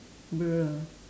bruh